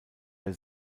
der